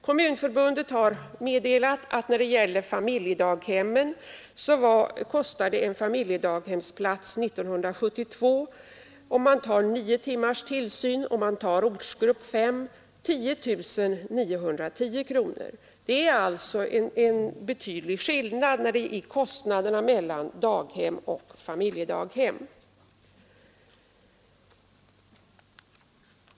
Kommunförbundet har meddelat att en familjedaghemsplats år 1972, om man utgår från nio timmars tillsyn och om man tar ortsgrupp 5, kostade 10 910 kronor. Det är alltså en betydlig skillnad i kostnaderna mellan daghem och familjedaghem.